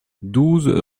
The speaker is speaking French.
douze